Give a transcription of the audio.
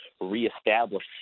reestablish